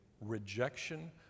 rejection